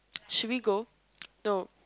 should we go no